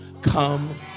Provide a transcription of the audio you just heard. come